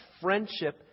Friendship